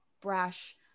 brash